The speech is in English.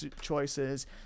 choices